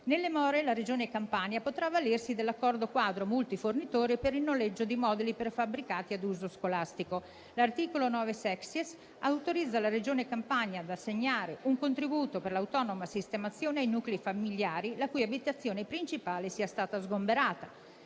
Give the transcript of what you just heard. Nelle more, la Regione Campania potrà avvalersi dell'accordo quadro multifornitore per il noleggio di moduli prefabbricati a uso scolastico. L'articolo 9-*sexies* autorizza la Regione Campania ad assegnare un contributo per l'autonoma sistemazione ai nuclei familiari la cui abitazione principale sia stata sgomberata.